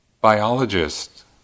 biologist